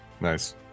Nice